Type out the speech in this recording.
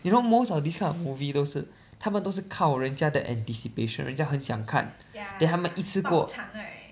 you know most of this kind of movie 都是他们都是靠人家的 anticipation 人家很想看 then 他们一次过